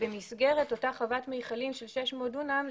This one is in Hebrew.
במסגרת אותה חוות מכלים של 600 דונם,